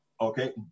Okay